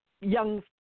young